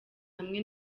hamwe